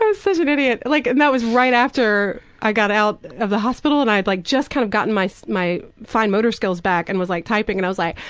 i was such an idiot. like and that was right after i got out of the hospital and i'd like just like kind of gotten my so my fine motor skills back and was like typing and i was like,